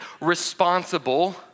responsible